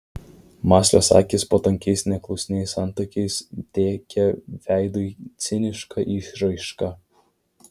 mąslios akys po tankiais neklusniais antakiais teikė veidui cinišką išraišką